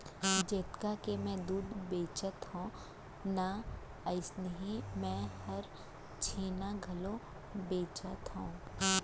जतका के मैं दूद बेचथव ना अइसनहे मैं हर छेना घलौ बेचथॅव